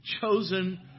Chosen